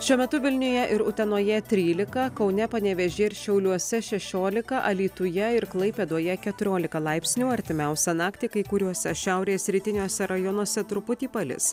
šiuo metu vilniuje ir utenoje trylika kaune panevėžyje ir šiauliuose šešiolika alytuje ir klaipėdoje keturiolika laipsnių artimiausią naktį kai kuriuose šiaurės rytiniuose rajonuose truputį palis